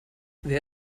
wer